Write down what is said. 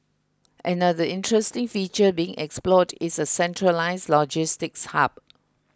another interesting feature being explored is a centralised logistics hub